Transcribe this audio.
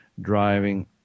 driving